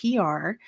PR